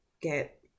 get